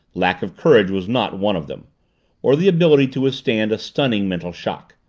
lack of courage was not one of them or the ability to withstand a stunning mental shock.